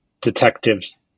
detectives